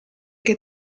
che